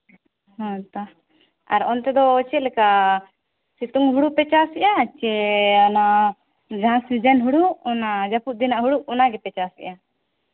ᱦᱮᱸ ᱛᱚ ᱟᱨ ᱚᱱᱛᱮ ᱫᱚ ᱪᱮᱫ ᱞᱮᱠᱟ ᱥᱤᱛᱩᱝ ᱦᱩᱲᱩ ᱯᱮ ᱪᱟᱥᱮᱫᱼᱟ ᱥᱮ ᱚᱱᱟ ᱡᱟᱦᱟᱸ ᱥᱤᱡᱮᱱ ᱦᱩᱲᱩ ᱚᱱᱟ ᱡᱟᱹᱯᱩᱫ ᱫᱤᱱᱟᱜ ᱦᱩᱲᱩ ᱚᱱᱟ ᱜᱮᱯᱮ ᱪᱟᱥᱮᱫᱼᱟ